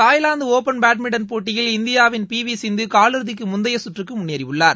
Thailand open badminton போட்டியில்இந்தியாவின் P V Sindhu காலிறுதிக்கு முந்தைய கற்றுக்கு முன்னேறியுள்ளார்